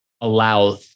allow